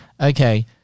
Okay